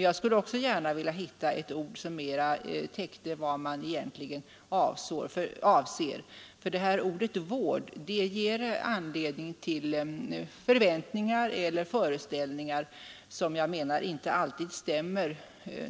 Jag skulle också vilja hitta ett ord som täcker vad man egentligen vill. Ordet vård ger anledning till förväntningar eller föreställningar som vi menar inte alltid stämmer